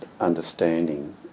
understanding